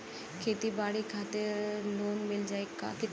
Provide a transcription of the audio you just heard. खेती बाडी के खातिर लोन मिल जाई किना?